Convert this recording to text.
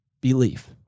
belief